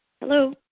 Hello